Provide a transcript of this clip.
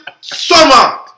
summer